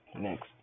Next